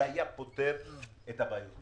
זה היה פותר את הבעיה.